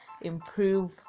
improve